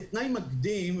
כתנאי מקדים,